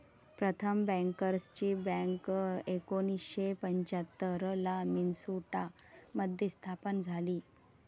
प्रथम बँकर्सची बँक एकोणीसशे पंच्याहत्तर ला मिन्सोटा मध्ये स्थापन झाली